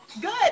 Good